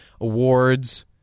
awards